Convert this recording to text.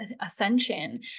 ascension